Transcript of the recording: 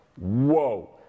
whoa